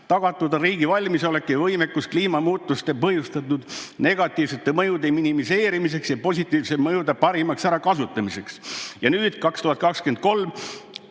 Tagatud on riigi valmisolek ja võimekus kliimamuutuste põhjustatud negatiivsete mõjude minimeerimiseks ja positiivsete mõjude parimaks ärakasutamiseks."Ja nüüd 2023,